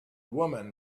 woman